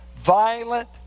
violent